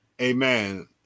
amen